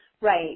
Right